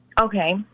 Okay